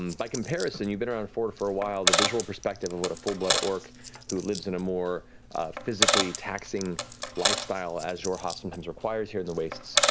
um by comparison, you've been around fjord for a while, the visual perspective of what a full blood orc who lives in a more physically taxing lifestyle, as xhorhas sometimes requires here in the wastes,